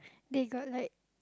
they got like